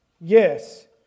Yes